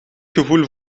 gevoel